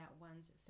ones